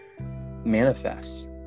manifests